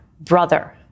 brother